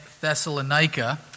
Thessalonica